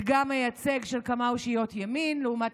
מדגם מייצג של כמה אושיות ימין לעומת